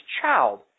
child